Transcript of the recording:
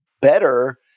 better